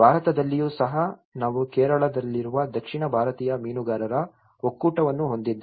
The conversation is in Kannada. ಭಾರತದಲ್ಲಿಯೂ ಸಹ ನಾವು ಕೇರಳದಲ್ಲಿರುವ ದಕ್ಷಿಣ ಭಾರತೀಯ ಮೀನುಗಾರರ ಒಕ್ಕೂಟವನ್ನು ಹೊಂದಿದ್ದೇವೆ